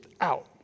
out